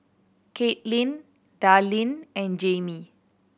Caitlin Darleen and Jaime